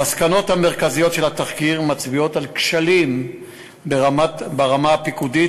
המסקנות המרכזיות של התחקיר מצביעות על כשלים ברמה הפיקודית